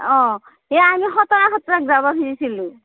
অঁ এই আমি খটৰা সত্ৰক যাবা খুজিছিলোঁ